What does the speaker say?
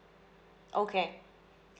okay